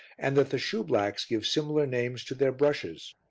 and that the shoe-blacks give similar names to their brushes.